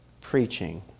preaching